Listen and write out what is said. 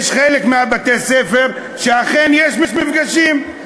חלק מבתי-הספר אכן יש בהם מפגשים,